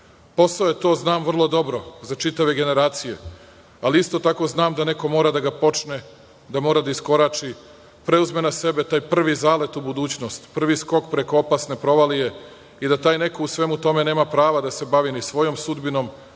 ljudi. Posao je to, znam vrlo dobro, za čitave generacije, ali isto tako znam da neko mora da ga počne, da mora da iskorači, preuzme na sebe taj prvi zalet u budućnosti, prvi skok preko opasne provalije i da taj neko u svemu tome nema prava da se bavi ni svojom sudbinom,